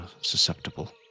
susceptible